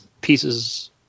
pieces